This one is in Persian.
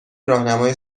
راهنمای